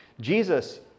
Jesus